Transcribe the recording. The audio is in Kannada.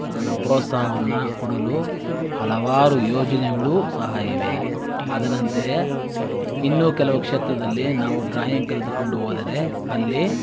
ಪ್ರೋತ್ಸಾಹವನ್ನು ಕೊಡಲು ಹಲವಾರು ಯೋಜನೆಗಳು ಸಹ ಇವೆ ಅದರಂತೆಯೇ ಇನ್ನು ಕೆಲವು ಕ್ಷೇತ್ರದಲ್ಲಿ ನಾವು ಡ್ರಾಯಿಂಗ್ ಕಲಿತುಕೊಂಡು ಹೋದರೆ ಅಲ್ಲಿ